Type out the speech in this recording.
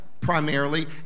primarily